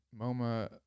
MoMA